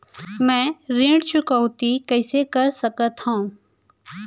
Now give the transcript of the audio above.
मैं ऋण चुकौती कइसे कर सकथव?